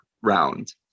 round